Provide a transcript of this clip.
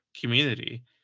community